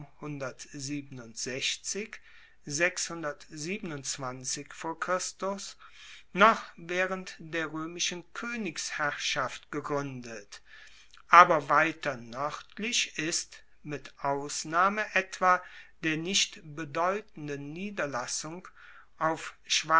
noch waehrend der roemischen koenigsherrschaft gegruendet aber weiter noerdlich ist mit ausnahme etwa der nicht bedeutenden niederlassung auf